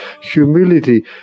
humility